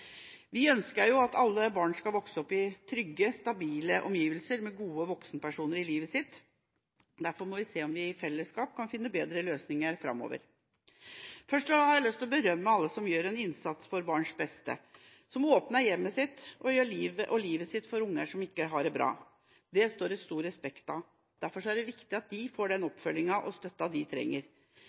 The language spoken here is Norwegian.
Vi ønsker at alle barn skal vokse opp i trygge, stabile omgivelser med gode voksenpersoner i livet sitt. Derfor må vi i fellesskap se om vi kan finne bedre løsninger framover. Først har jeg lyst til å berømme alle de som gjør en innsats for barns beste, som åpner hjemmet sitt og livet sitt for barn som ikke har det bra. Det står det stor respekt av. Derfor er det viktig at de får den oppfølginga og støtta de trenger,